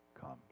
comes